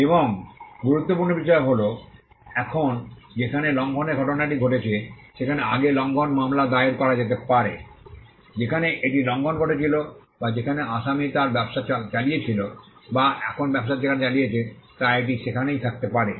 এবং গুরুত্বপূর্ণ বিষয় হল এখন যেখানে লঙ্ঘনের ঘটনাটি ঘটেছে সেখানে আগে লঙ্ঘন মামলা দায়ের করা যেতে পারে যেখানে এটি লঙ্ঘন ঘটেছিল বা যেখানে আসামী তার ব্যবসা চালিয়েছিল বা এখন ব্যবসা যেখানে চালিয়েছে তা এটি যেখানেই থাকতে পারে